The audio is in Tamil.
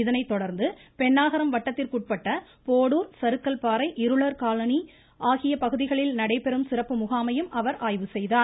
இதனைத் தொடா்ந்து பெண்ணாகரம் வட்டத்திற்குட்பட்ட போடுா் சறுக்கல்பாறை இருளர் காலனி ஆகிய பகுதிகளில் நடைபெறும் சிறப்பு முகாமையும் அவர் ஆய்வு செய்தார்